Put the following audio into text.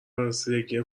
رسیدگی